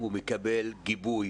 מקבלים גיבוי